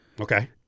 Okay